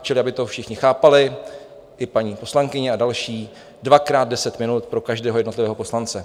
Čili aby to všichni chápali, i paní poslankyně a další: dvakrát deset minut pro každého jednotlivého poslance.